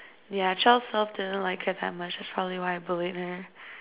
yeah child self didn't like her that much is probably why I believe in it